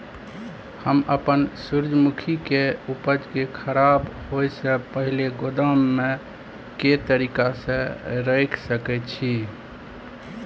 हम अपन सूर्यमुखी के उपज के खराब होयसे पहिले गोदाम में के तरीका से रयख सके छी?